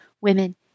women